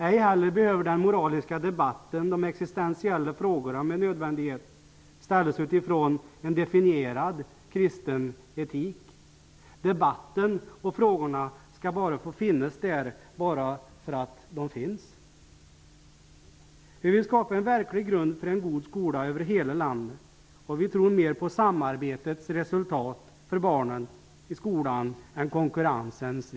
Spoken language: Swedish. Ej heller behöver med nödvändighet den moraliska debatten föras och de existentiella frågorna ställas utifrån en definierad kristen etik. Debatten och frågorna skall få finnas bara för att de finns. Vi vill skapa en grund för en god skola över hela landet. Vi tror att samarbete ger ett bättre resultat för barnen i skolan än konkurrensen.